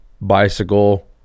bicycle